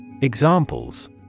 Examples